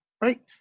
right